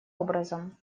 образом